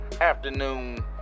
afternoon